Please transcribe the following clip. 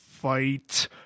fight